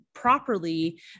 Properly